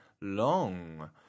Long